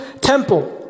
temple